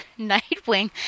Nightwing